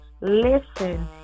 listen